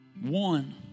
One